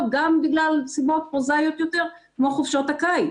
גם בגלל סיבות פרוזאיות יותר כמו חופשות הקיץ,